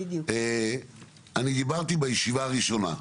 אני דיברתי בישיבה הראשונה,